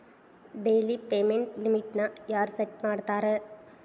daily payment ಲಿಮಿಟ್ನ ಯಾರ್ set ಮಾಡ್ತಾರಾ